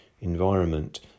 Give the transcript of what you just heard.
environment